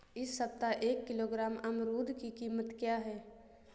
इस सप्ताह एक किलोग्राम अमरूद की कीमत क्या है?